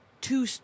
two